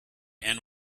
and